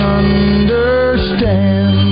understand